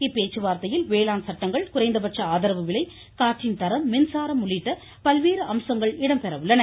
இப்பேச்சுவார்த்தையில் வேளாண் சட்டங்கள் குறைந்தபட்ச ஆதரவு விலை காற்றின் தரம் மின்சாரம் உள்ளிட்ட பல்வேறு அம்சங்கள் இடம்பெற உள்ளது